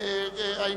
אורבך וחברים נוספים,